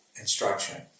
instruction